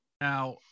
Now